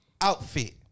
outfit